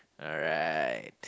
all right